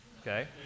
okay